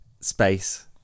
space